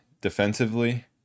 defensively